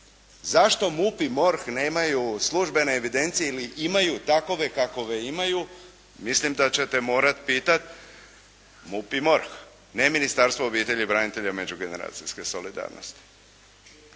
Zašto MUP i MORH nemaju službene evidencije ili imaju takove kakove imaju mislim da ćete morati pitati MUP i MORH, ne Ministarstvo obitelji i branitelja i međugeneracijske solidarnosti.